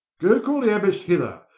go call the abbess hither.